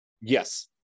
Yes